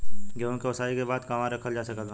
गेहूँ के ओसाई के बाद कहवा रखल जा सकत बा?